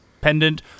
pendant